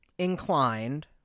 inclined